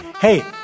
Hey